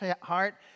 heart